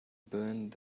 burn